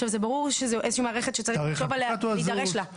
שזאת איזושהי מערכת שצריך לחשוב עליה ולהידרש לה.